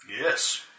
Yes